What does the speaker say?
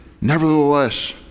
Nevertheless